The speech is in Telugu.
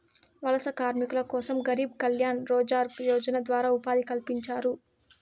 వలస కార్మికుల కోసం గరీబ్ కళ్యాణ్ రోజ్గార్ యోజన ద్వారా ఉపాధి కల్పించినారు